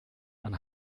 and